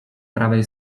prawej